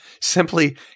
simply